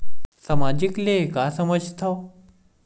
सामाजिक ले का समझ थाव?